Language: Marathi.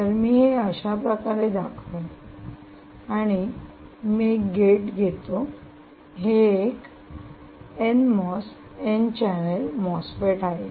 तर मी हे अशा प्रकारे दाखवेन आणि मी एक गेट घेतो हे एक एनमॉस एन चॅनेल मॉसफेट आहे